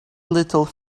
little